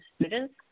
students